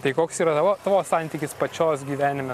tai koks yra tavo tavo santykis pačios gyvenime